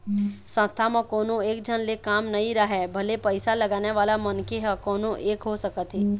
संस्था म कोनो एकझन ले काम नइ राहय भले पइसा लगाने वाला मनखे ह कोनो एक हो सकत हे